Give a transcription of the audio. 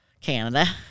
Canada